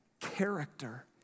character